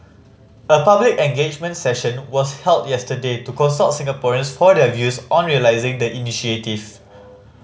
a public engagement session was held yesterday to consult Singaporeans for their views on realising the initiative